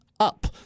Up